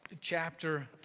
chapter